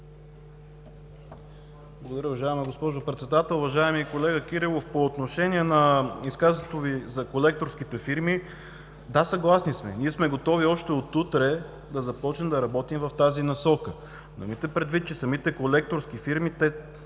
Благодаря, уважаема госпожо Председател. Уважаеми колега Кирилов, по отношение изказването Ви за колекторските фирми – да, съгласни сме. Готови сме още от утре да започнем работа в тази насока. Имайте предвид обаче, че самите колекторски фирми в